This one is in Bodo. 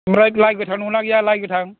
आमफ्राय लाय गोथां दंना गैया लाय गोथां